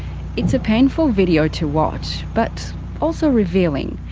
it's a painful video to watch. but also revealing.